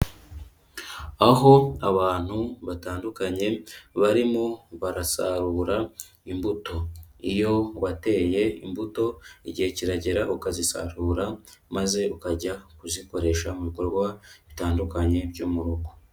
Aho abantu batandukanye barimo barasarura imbuto, iyo wateye imbuto igihe kiragera ukazisarura maze ukajya kuzikoresha mu bikorwa bitandukanye byo mu rugo.